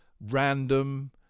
random